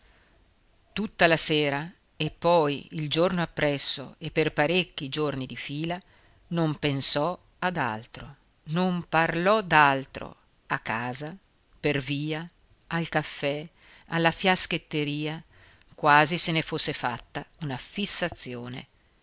tutta la sera e poi il giorno appresso e per parecchi giorni di fila non pensò ad altro non parlò d'altro a casa per via al caffè alla fiaschetteria quasi se ne fosse fatta una fissazione